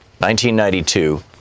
1992